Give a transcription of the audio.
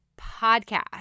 podcast